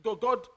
God